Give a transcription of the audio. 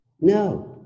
No